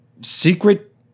secret